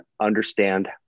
understand